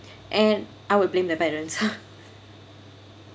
and I will blame their parents